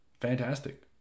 fantastic